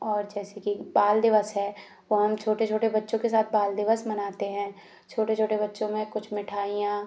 और जैसे कि बाल दिवस है तो हम छोटे छोटे बच्चों के साथ बाल दिवस मनाते है छोटे छोटे बच्चों में कुछ मिठाइयाँ